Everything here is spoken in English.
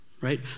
Right